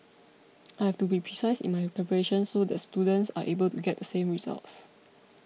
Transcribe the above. I have to be precise in my preparations so the students are able to get the same results